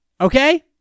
Okay